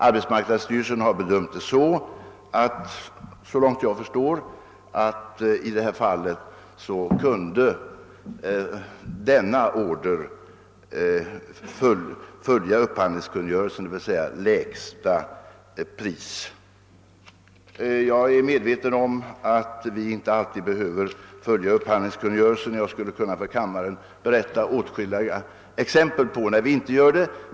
Arbetsmarknadsstyrelsen har såvitt jag förstår bedömt saken på så sätt att vi i fråga om denna order kunde följa upphandlingskungörelsen, dvs. anta det lägsta anbudet. Jag är medveten om att vi inte alltid behöver följa upphandlingskungörelsen, och jag skulle kunna lämna kammaren åtskilliga exempel på när vi inte gjort det.